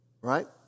Right